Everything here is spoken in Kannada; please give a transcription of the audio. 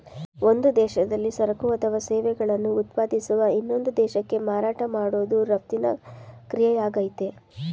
ಒಂದು ದೇಶದಲ್ಲಿ ಸರಕು ಅಥವಾ ಸೇವೆಗಳನ್ನು ಉತ್ಪಾದಿಸುವ ಇನ್ನೊಂದು ದೇಶಕ್ಕೆ ಮಾರಾಟ ಮಾಡೋದು ರಫ್ತಿನ ಕ್ರಿಯೆಯಾಗಯ್ತೆ